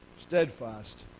steadfast